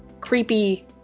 creepy